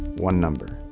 one number.